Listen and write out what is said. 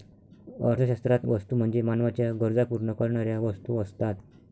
अर्थशास्त्रात वस्तू म्हणजे मानवाच्या गरजा पूर्ण करणाऱ्या वस्तू असतात